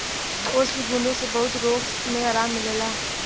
ओस की बूँदो से बहुत रोग मे आराम मिलेला